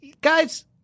Guys